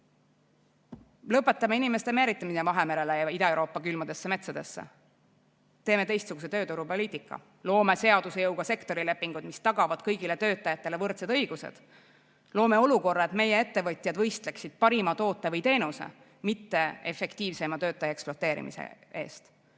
Lõpetame inimeste meelitamise Vahemerele ja Ida-Euroopa külmadesse metsadesse! Teeme teistsuguse tööturupoliitika, loome seaduse jõuga sektorilepingud, mis tagavad kõigile töötajatele võrdsed õigused! Loome olukorra, et meie ettevõtjad võistleksid parima toote või teenuse nimel, mitte töötaja efektiivseima ekspluateerimise nimel.